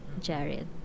Jared